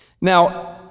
Now